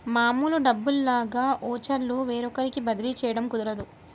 మామూలు డబ్బుల్లాగా ఓచర్లు వేరొకరికి బదిలీ చేయడం కుదరదు